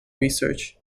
research